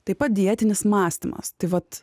taip pat dietinis mąstymas tai vat